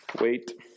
Wait